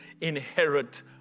inherit